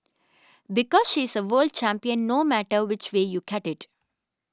because she's a world champion no matter which way you cut it